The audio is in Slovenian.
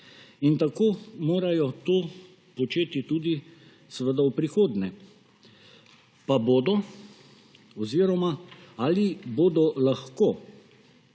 In tako morajo to početi tudi seveda v prihodnje. Pa bodo oziroma ali bodo lahko?